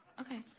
okay